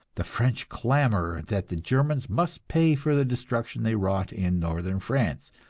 the french clamor that the germans must pay for the destruction they wrought in northern france,